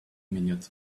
minute